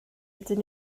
ydyn